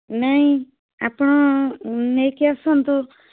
ନାଇଁ ଆପଣ ନେଇକି ଆସନ୍ତୁ